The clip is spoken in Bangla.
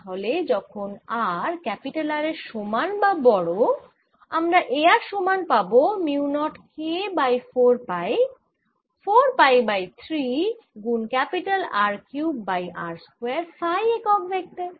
তাহলে যখন r R এর সমান বা বড় আমরা A r সমান পাবো mu naught K by 4 pi 4 pi by 3 গুন R cube by r square phi একক ভেক্টর